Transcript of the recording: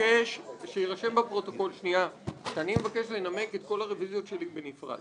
מבקש שיירשם בפרוטוקול שאני מבקש לנמק את כל הרביזיות שלי בנפרד.